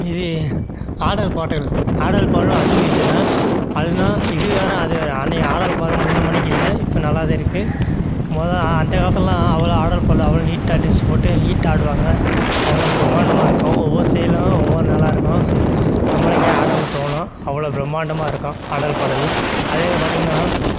இது ஆடல் பாடல் ஆடல் பாடல் அதுவும் இதே தான் அதுனா இது வேறு அது வேறு அன்னைக்கு ஆடல் பாடல் முன்னே மாரிக்கி இல்லை இப்போ நல்லா தான் இருக்குது மொதல் அந்த காலத்திலலாம் அவ்வளோ ஆடல் பாடல் அவ்வளோ நீட்டாக ட்ரெஸ் போட்டு நீட்டாக ஆடுவாங்க அவ்வளோ பிரமாண்டமாக இருக்கும் ஒவ்வொரு ஸ்டைலும் ஒவ்வொரு நல்லாயிருக்கும் நம்மளுக்கே ஆடணும்ன்னு தோணும் அவ்வளோ பிரமாண்டமாக இருக்கும் ஆடல் பாடல் அதே இது பார்த்தீங்கன்னா